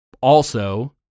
Also-